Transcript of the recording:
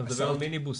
אתה מדבר על מיניבוסים.